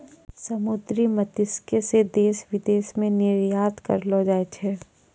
समुन्द्री मत्स्यिकी से देश विदेश मे निरयात करलो जाय छै